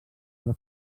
per